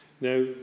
Now